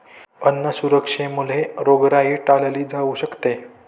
अन्न सुरक्षेमुळे रोगराई टाळली जाऊ शकते